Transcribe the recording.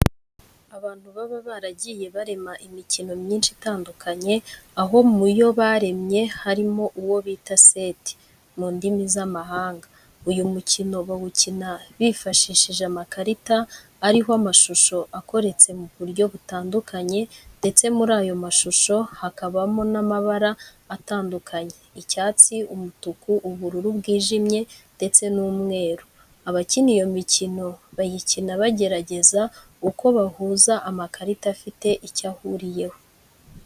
Abantu baba baragiye barema imikino myinshi itandukanye, aho mu yo baremye harimo n'uwo bita "SET" mu ndimi z'amahanga. Uyu mukino bawukina bifashishije amakarita ariho amashusho akoretse mu buryo butandukanye ndetse muri ayo mashusho hakabamo n'amabara atandukanye: icyatsi, umutuku, ubururu bwijimye ndetse n'umweru. Abakina iyo mikino, bayikina bagerageza uko bahuza amakarita afite icyo ahuriyeho.